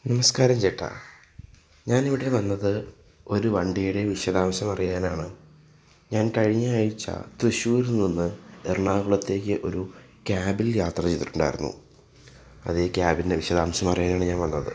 നമസ്കാരം ചേട്ടാ ഞാൻ ഇവിടെ വന്നത് ഒരു വണ്ടിയുടെ വിശദാംശം അറിയാനാണ് ഞാൻ കഴിഞ്ഞ ആഴ്ച തൃശ്ശൂർ നിന്ന് എറണാകുളത്തേക്ക് ഒരു ക്യാബിൽ യാത്ര ചെയ്തിട്ടുണ്ടായിരുന്നു അതേ ക്യാബിൻ്റെ വിശദാംശമറിയാനാണ് ഞാൻ വന്നത്